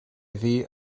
iddi